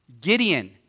Gideon